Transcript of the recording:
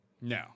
No